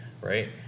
right